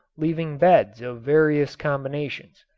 leaving beds of various combinations.